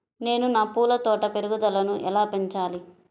నేను నా పూల తోట పెరుగుదలను ఎలా పెంచాలి?